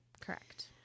Correct